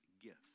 gift